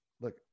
Look